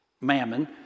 mammon